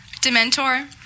Dementor